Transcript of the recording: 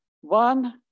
One